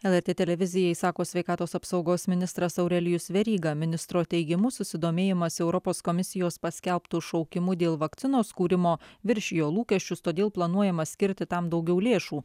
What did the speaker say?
lrt televizijai sako sveikatos apsaugos ministras aurelijus veryga ministro teigimu susidomėjimas europos komisijos paskelbtu šaukimu dėl vakcinos kūrimo viršijo lūkesčius todėl planuojama skirti tam daugiau lėšų